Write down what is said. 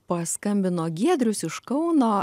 paskambino giedrius iš kauno